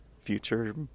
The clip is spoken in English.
future